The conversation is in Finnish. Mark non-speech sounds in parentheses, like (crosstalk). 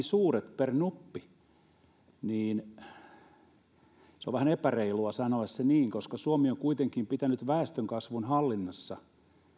(unintelligible) suuret per nuppi on vähän epäreilua sanoa se niin koska suomi on kuitenkin pitänyt väestönkasvun hallinnassa